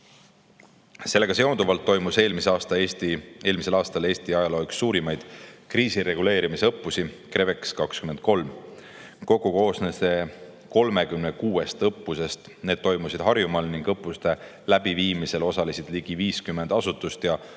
Sellega seonduvalt toimus eelmisel aastal Eesti ajaloo üks suurimaid kriisireguleerimisõppusi CREVEX23. Kokku koosnes see 36 õppusest. Need toimusid Harjumaal ning õppuste läbiviimisel osalesid ligi 50 asutust ja